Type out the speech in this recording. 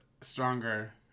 stronger